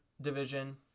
division